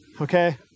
Okay